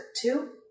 Two